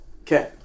Okay